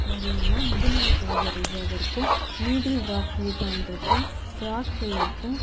வரலாம்னால் Mudumalai tiger reserve இருக்கும் needle rock view point இருக்கும் frog shell இருக்கும்